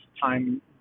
time